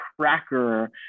cracker